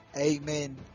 Amen